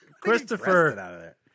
Christopher